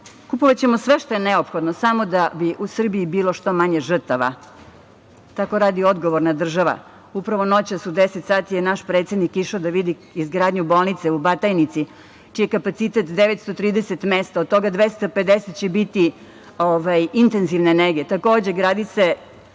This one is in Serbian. kupovaćemo sve što je neophodno, samo da bi u Srbiji bilo što manje žrtava. Tako radi odgovorna država. Upravo noćas u deset sati je naš predsednik išao da vidi izgradnju bolnice u Batajnici, čiji je kapacitet 930 mesta. Od toga 250 će biti intenzivne nege.